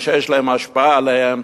או שיש להם השפעה עליהם,